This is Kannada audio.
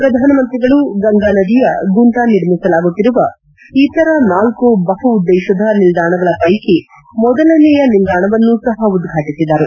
ಪ್ರಧಾನಮಂತ್ರಿಗಳು ಗಂಗಾ ನದಿಯ ಗುಂಟ ನಿರ್ಮಿಸಲಾಗುತ್ತಿರುವ ಇತರ ನಾಲ್ಲು ಬಹು ಉದ್ದೇಶದ ನಿಲ್ದಾಣಗಳ ಪ್ಲೆಕಿ ಮೊದಲನೆಯ ನಿಲ್ದಾಣವನ್ನೂ ಸಹ ಉದ್ದಾಟಿಸಿದರು